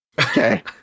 Okay